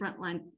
frontline